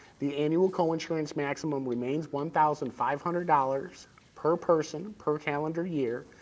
the annual coinsurance maximum remains one thousand five hundred dollars per person per calendar year,